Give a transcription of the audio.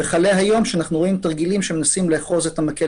וכלה היום שאנחנו רואים תרגילים שמנסים לאחוז את המקל